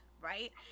right